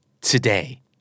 today